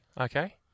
Okay